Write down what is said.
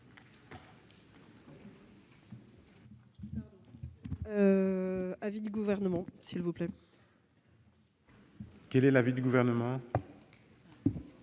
Quel est l'avis du Gouvernement ?